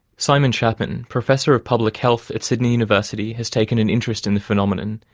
simon chapman, professor of public health at sydney university, has taken an interest in the phenomenon,